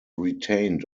retained